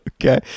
Okay